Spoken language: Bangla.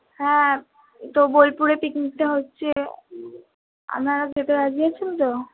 হ্যাঁ তো বোলপুরে পিকনিকটা হচ্ছে আপনারা যেতে রাজি আছেন তো